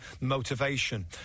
motivation